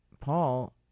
Paul